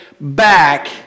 back